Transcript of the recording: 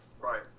right